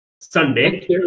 Sunday